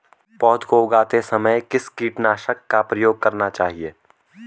पौध को उगाते समय किस कीटनाशक का प्रयोग करना चाहिये?